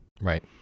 Right